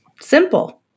Simple